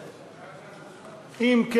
על הצעת חוק הביטוח הלאומי (תיקון מס' 159)